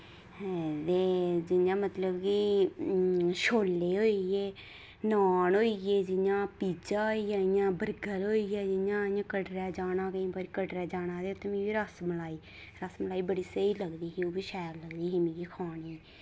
हं ते जि'यां मतलब कि छोले होई गे नान होई गे जि'यां पीजा होई गेआ जि'यां बर्गर होई गेआ जि'यां इ'यां कटरै जाना केईं बारी कटरै जाना ते उत्थै मिगी रस मलाई रस मलाई बड़ी स्हेई लगदी ही ओह् बी शैल लगदी ही मिकी खाने